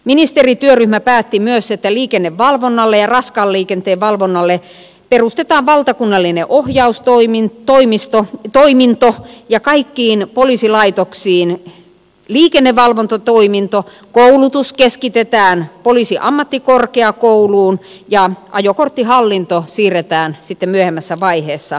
ministerityöryhmä päätti myös että liikennevalvonnalle ja raskaan liikenteen valvonnalle perustetaan valtakunnallinen ohjaustoiminto ja kaikkiin poliisilaitoksiin liikennevalvontatoiminto koulutus keskitetään poliisiammattikorkeakouluun ja ajokorttihallinto siirretään sitten myöhemmässä vaiheessa trafiin